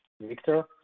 Victor